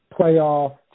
playoff